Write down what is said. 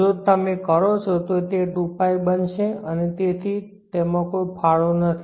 જો તમે કરો છો તો તે 2π બનશે અને તેથી તેમાં કોઈ ફાળો નથી